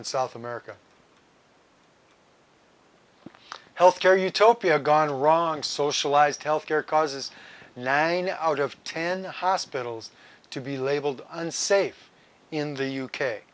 in south america health care utopia gone wrong socialized healthcare causes nine out of ten hospitals to be labeled unsafe in the u